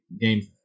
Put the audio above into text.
game